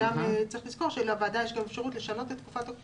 צריך לזכור שלוועדה יש אפשרות לשנות את התקופה,